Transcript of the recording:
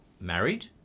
married